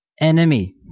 enemy